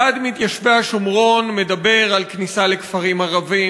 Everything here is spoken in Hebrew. ועד מתיישבי השומרון מדבר על כניסה לכפרים ערביים,